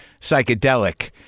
psychedelic